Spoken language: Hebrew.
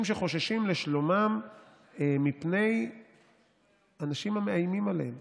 שחוששים לשלומם מפני אנשים המאיימים עליהם.